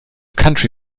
country